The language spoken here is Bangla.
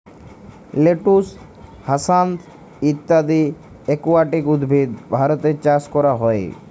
লেটুস, হ্যাসান্থ ইত্যদি একুয়াটিক উদ্ভিদ ভারতে চাস ক্যরা হ্যয়ে